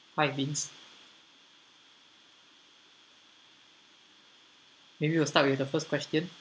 maybe we'll start with the first question